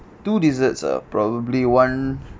two desserts ah probably one